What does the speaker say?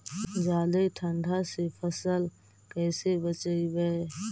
जादे ठंडा से फसल कैसे बचइबै?